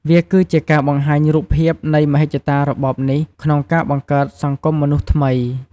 វាគឺជាការបង្ហាញរូបភាពនៃមហិច្ឆតារបបនេះក្នុងការបង្កើត "សង្គមមនុស្សថ្មី" ។